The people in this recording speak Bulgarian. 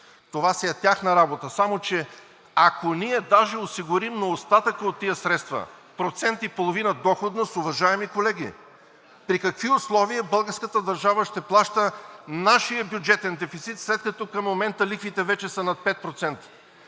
Това си е тяхна работа, само че ако ние даже осигурим на остатъка на тези средства 1,5% доходност, уважаеми колеги, при какви условия българската държава ще плаща нашия бюджетен дефицит, след като към момента лихвите вече са над 5%?